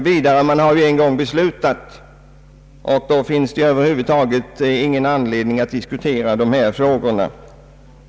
Vi har ju en gång beslutat, och då finns det inte någon anledning att diskutera dessa frågor.